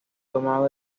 tomado